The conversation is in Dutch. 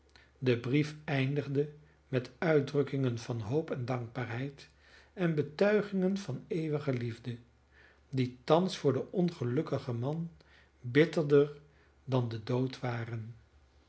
de brief eindigde met uitdrukkingen van hoop en dankbaarheid en betuigingen van eeuwige liefde die thans voor den ongelukkigen man bitterder dan de dood waren